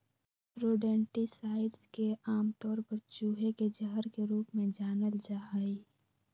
rodenticides के आमतौर पर चूहे के जहर के रूप में जानल जा हई